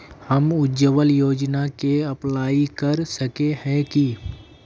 हम उज्वल योजना के अप्लाई कर सके है की?